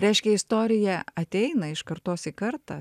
reiškia istorija ateina iš kartos į kartą